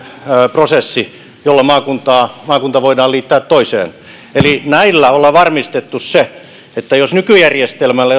prosessi jolla maakunta voidaan liittää toiseen eli näillä ollaan varmistettu se nykyjärjestelmällä